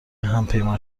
همپیمان